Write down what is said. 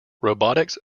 robotics